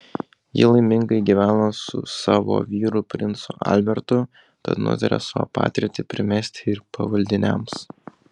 ji laimingai gyveno su savo vyru princu albertu tad nutarė savo patirtį primesti ir pavaldiniams